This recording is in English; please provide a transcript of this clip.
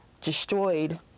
destroyed